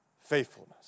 faithfulness